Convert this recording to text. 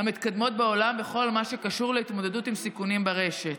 המתקדמות בעולם בכל מה שקשור להתמודדות עם סיכונים ברשת.